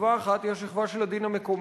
שכבה אחת היא השכבה של הדין המקומי.